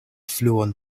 fluon